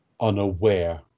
unaware